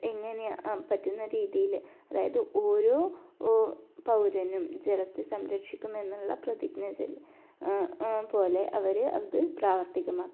എങ്ങനെയാണ് പറ്റുന്ന രീതീയിൽ അതായത് ഓരോ ഒ പൗരനും ജലത്തെ സംരക്ഷിക്കും എന്നുള്ള പ്രതിജ്ഞ ചെയ് പോലെ അവർ അത് പ്രാവർത്തികമാക്കുക